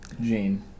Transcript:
Gene